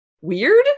weird